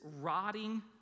rotting